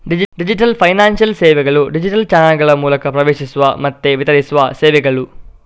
digital financial ಸೇವೆಗಳು digital ಚಾನಲ್ಗಳ ಮೂಲಕ ಪ್ರವೇಶಿಸುವ ಮತ್ತೆ ವಿತರಿಸುವ ಸೇವೆಗಳು